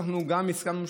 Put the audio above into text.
אנחנו גם הסכמנו.